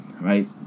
Right